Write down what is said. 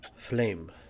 Flame